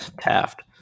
taft